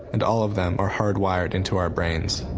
and all of them are hardwired into our brains.